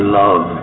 love